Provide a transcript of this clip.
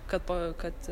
kad po kad